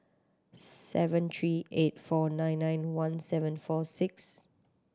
seven three eight four nine nine one seven four six